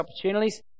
opportunities